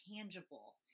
tangible